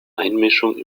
einmischung